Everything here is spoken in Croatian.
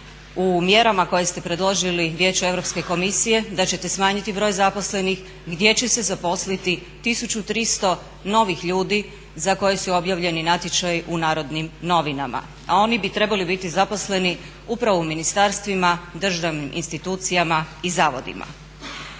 u mjerama koje ste predložili Vijeću Europske komisije da ćete smanjiti broj zaposlenih gdje će se zaposliti 1300 novih ljudi za koje su objavljeni natječaji u Narodnim novinama, a oni bi trebali biti zaposleni upravo u ministarstvima, državnim institucijama i zavodima.